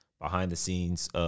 behind-the-scenes